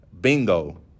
Bingo